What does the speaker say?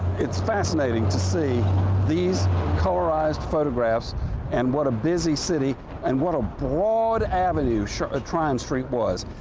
it's fascinating to see these colorized photographs and what a busy city and what a broad avenue ah tryon street was.